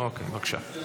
אוקיי, בבקשה.